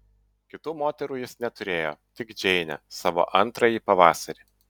kitų moterų jis neturėjo tik džeinę savo antrąjį pavasarį